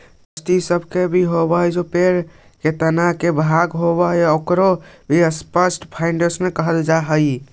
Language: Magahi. काष्ठ इ सब भी जे पेड़ के तना के भाग होवऽ, ओकरो भी स्टॉक फाइवर कहल जा हई